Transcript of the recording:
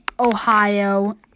Ohio